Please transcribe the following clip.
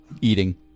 eating